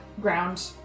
ground